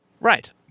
Right